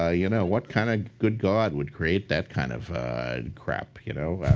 ah you know, what kind of good god would create that kind of crap, you know?